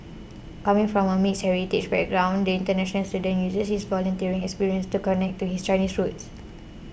coming from a mixed heritage background the international student uses his volunteering experience to connect to his Chinese roots